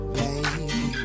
baby